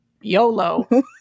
YOLO